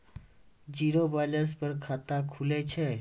Zero balance पर खाता खुले छै?